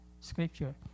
scripture